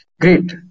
great